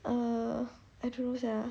err I don't know sia